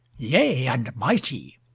yea, and mighty!